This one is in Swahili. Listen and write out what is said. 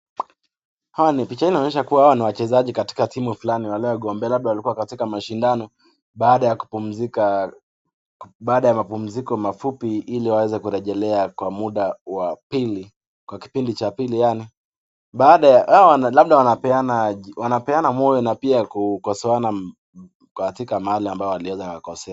Vijana wachezaji katika timu fulani wanayogombea katika mashindano baada ya mapuziko mafupi ili waweze kurejelea kwa kipindi cha pili labda wanapeana moyo na kukosoana mahali waliweza kukosea.